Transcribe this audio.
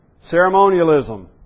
ceremonialism